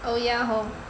oh ya hor